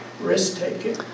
risk-taking